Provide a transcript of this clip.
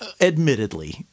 admittedly